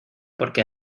porque